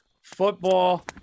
football